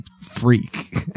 freak